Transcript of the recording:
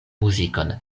muzikon